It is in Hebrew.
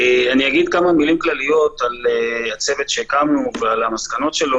אגיד כמה מילים כלליות על הצוות שהקמנו ועל המסקנות שלו